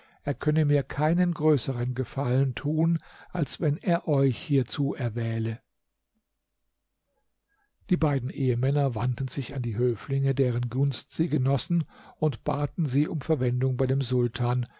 er könne mir keinen größeren gefallen tun als wenn er euch hierzu erwähle die beiden ehemänner wandten sich an die höflinge deren gunst sie genossen und baten sie um verwendung bei dem sultan